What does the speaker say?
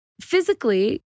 Physically